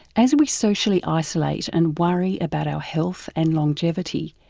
as we socially isolate and worry about our health and longevity,